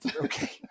Okay